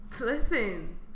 Listen